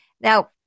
Now